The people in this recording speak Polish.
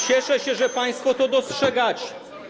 Cieszę się, że państwo to dostrzegacie.